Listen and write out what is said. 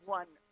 one